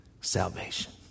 salvation